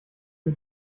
für